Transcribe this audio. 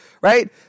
right